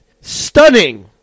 stunning